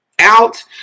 Out